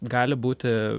gali būti